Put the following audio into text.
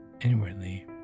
inwardly